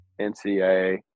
NCAA